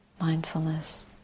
mindfulness